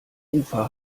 ufer